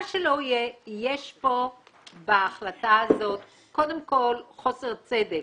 מה שלא יהיה, יש פה בהחלטה הזאת קודם כול חוסר צדק